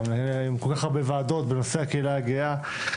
אתה מנהל כל כך הרבה ועדות בנושא הקהילה הגאה,